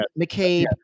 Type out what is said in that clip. McCabe